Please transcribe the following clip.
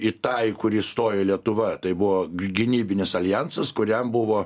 į tą į kurį įstojo lietuva tai buvo gynybinis aljansas kuriam buvo